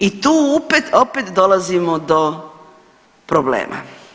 I tu opet dolazimo do problema.